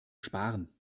sparen